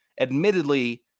admittedly